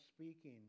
speaking